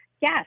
Yes